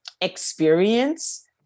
experience